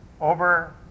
over